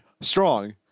strong